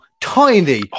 tiny